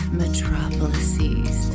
metropolises